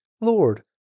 Lord